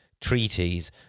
treaties